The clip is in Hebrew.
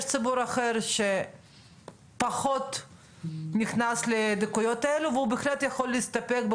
יש ציבור אחר שפחות נכנס לדקויות האלה והוא בהחלט יכול להסתפק ב